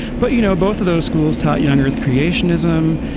but, you know, both of those schools taught young earth creationism,